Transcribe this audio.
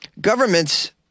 Governments